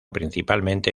principalmente